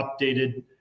updated